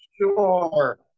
Sure